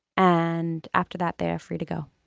and after that they are free to go.